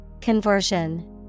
Conversion